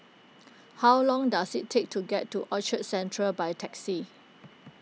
how long does it take to get to Orchard Central by taxi